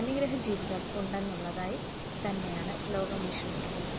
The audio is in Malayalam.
അന്യഗ്രഹജീവികൾ ഉണ്ടെന്നുള്ളതായി തന്നെയാണ് ലോകം വിശ്വസിക്കുന്നത്